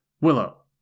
willow